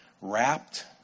wrapped